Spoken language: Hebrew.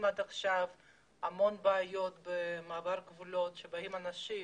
עד עכשיו המון בעיות במעבר הגבולות עת באים אנשים